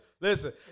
Listen